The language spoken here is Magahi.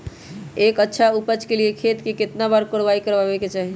एक अच्छा उपज के लिए खेत के केतना बार कओराई करबआबे के चाहि?